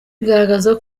bigaragaza